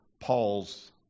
Paul's